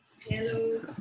hello